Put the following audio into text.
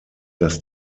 dass